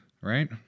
right